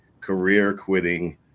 career-quitting